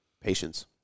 patience